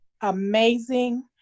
amazing